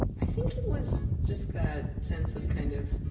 i think it was just that sense of, kind of,